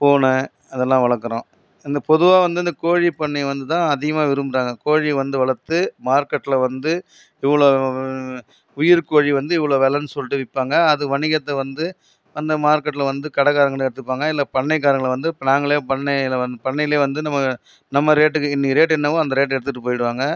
பூனை அதெலாம் வளர்க்குறோம் இந்த பொதுவாக வந்து இந்த கோழிப்பண்ணையை வந்து தான் அதிகமாக விரும்புகிறாங்க கோழியை வந்து வளர்த்து மார்க்கெட்டில் வந்து இவ்வளோ உயிர் கோழி வந்து இவ்வளோ வெலன்னு சொல்லி விற்பாங்க அது வணிகத்தை வந்து அந்த மார்க்கெட்டில் வந்து கடைக்கரங்களே எடுத்துப்பாங்கள் இல்லை பண்ணைக்காரங்கள் வந்து நாங்களே பண்ணைல வந்து பண்ணையிலயே வந்து நம்ம நம்ம ரேட்டுக்கு இன்றைக்கி ரேட்டு என்னவோ அந்த ரேட்டுக்கு எடுத்துட்டு போயிடுவாங்கள்